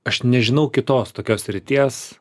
aš nežinau kitos tokios srities